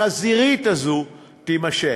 החזירית הזאת, תימשך.